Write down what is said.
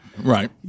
Right